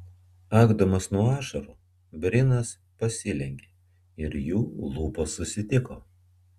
akdamas nuo ašarų brimas pasilenkė ir jų lūpos susitiko